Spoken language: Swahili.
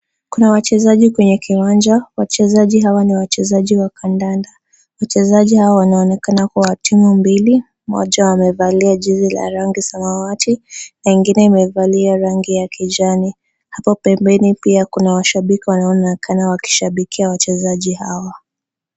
Kuna wachezaji kwenye uwanja, wachezaji hawa ni wachezaji wa kandanda. Wachezaji hawa wanaonekana kuwa wa timu mbili mmoja amevalia jezi la rangi samawati na ingine imevalia rangi ya kijani. Hapo pembeni pia kuna washabiki wanaonekana wakishabikia wachezaji hawa.